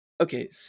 Okay